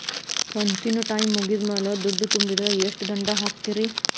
ಕಂತಿನ ಟೈಮ್ ಮುಗಿದ ಮ್ಯಾಲ್ ದುಡ್ಡು ತುಂಬಿದ್ರ, ಎಷ್ಟ ದಂಡ ಹಾಕ್ತೇರಿ?